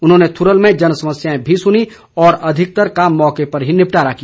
उन्होंने थुरल में जनसमस्याएं भी सुनी और अधिकतर का मौके पर ही निपटारा किया